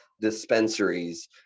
dispensaries